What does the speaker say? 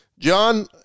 John